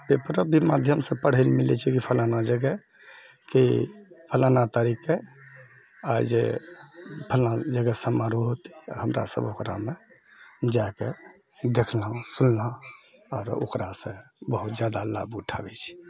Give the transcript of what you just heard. paper भी माध्यमसंँ पढ़ए लऽ मिलए छै कि फलाना जगहके फलाना तारीखकेँ आर जे फलाना जगह समारोह होतए हमरा सब ओकरामे जाके देखलहुँ सुनलहुँ आओर ओकरासँ बहुत जादा लाभ उठाबए छी